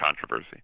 controversy